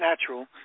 natural